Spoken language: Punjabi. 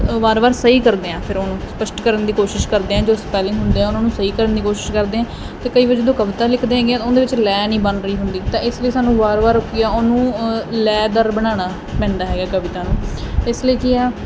ਵਾਰ ਵਾਰ ਸਹੀ ਕਰਦੇ ਆ ਫਿਰ ਹੁਣ ਸਪਸ਼ਟ ਕਰਨ ਦੀ ਕੋਸ਼ਿਸ਼ ਕਰਦੇ ਆਂ ਜੋ ਸਪੈਲਿੰਗ ਹੁੰਦੇ ਆ ਉਹਨਾਂ ਨੂੰ ਸਹੀ ਕਰਨ ਦੀ ਕੋਸ਼ਿਸ਼ ਕਰਦੇ ਆਂ ਤੇ ਕਈ ਵਾਰੀ ਜਦੋਂ ਕਵਿਤਾ ਲਿਖਦੇ ਆ ਹੈਗੇ ਆ ਉਹਦੇ ਵਿੱਚ ਲਹਿ ਨਹੀਂ ਬਣਦੀ ਹੈਗੀ ਤਾਂ ਇਸ ਲਈ ਸਾਨੂੰ ਵਾਰ ਵਾਰ ਕੀ ਐ ਉਹਨੂੰ ਲੈਅ ਦਰ ਬਣਾਨਾ ਪੈਂਦਾ ਹੈਗਾ ਇਸ ਲਈ ਕੀ ਐ